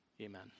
Amen